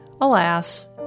Alas